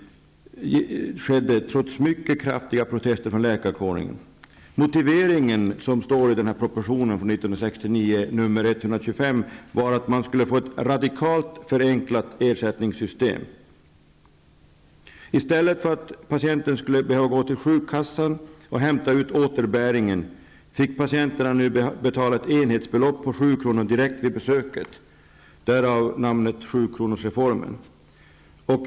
skedde trots mycket kraftiga protester från läkarkåren. Motiveringen i propositionen, 1969:125, var att man skulle få ett radikalt förenklat ersättningssystem. I stället för att patienterna skulle behöva gå till sjukkassan och hämta ut återbäring fick de nu betala ett enhetsbelopp på 7 kr. direkt vid besöket, därav namnet sjukronorsreformen.